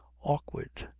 awkward.